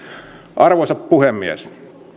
arvoisa puhemies